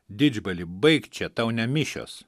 didžbali baik čia tau ne mišios